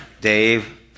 Dave